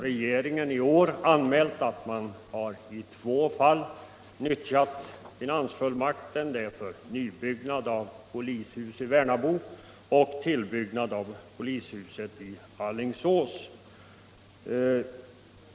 Regeringen har i år anmält att man i två fall utnyttjat sin finansfullmakt, nämligen för nybyggnad av polishus i Värnamo och för tillbyggnad av polishuset i Alingsås.